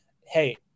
hey